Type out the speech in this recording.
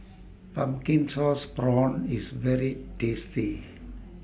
Pumpkin Sauce Prawns IS very tasty